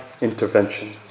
intervention